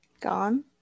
gone